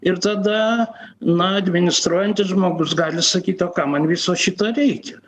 ir tada na administruojantis žmogus gali sakyt o kam man viso šito reikia